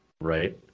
right